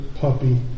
Puppy